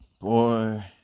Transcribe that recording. boy